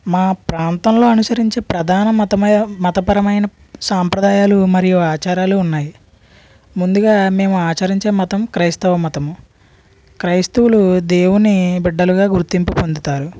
మా ప్రాంతంలో అనుసరించే ప్రాధాన మతమై మతపరమైన సాంప్రదాయాలు మరియు ఆచారాలు ఉన్నాయి ముందుగా మేము ఆచరించే మతం క్రైస్తవ మతం క్రైస్తువులు దేవుని బిడ్డలుగా గుర్తింపు పొందుతారు